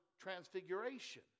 Transfiguration